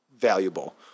valuable